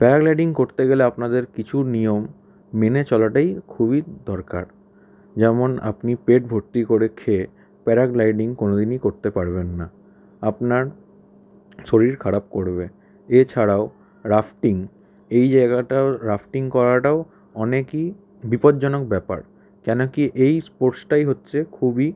paragliding করতে গেলে আপনাদের কিছু নিয়ম মেনে চলাটাই খুবই দরকার যেমন আপনি পেট ভর্তি করে খেয়ে প্যারাগ্লাইডিং কোনো দিনই করতে পারবেন না আপনার শরীর খারাপ করবে এছাড়াও রাফটিং এই জায়গায়টাও রাফটিং করাটাও অনেকই বিপদজনক ব্যাপার কেনো কি এই স্পোর্টসটাই হচ্ছে খুবই